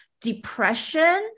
depression